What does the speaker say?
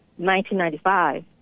1995